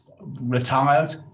retired